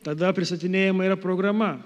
tada pristatinėjama yra programa